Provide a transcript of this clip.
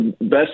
best